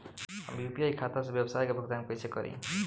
हम यू.पी.आई खाता से व्यावसाय के भुगतान कइसे करि?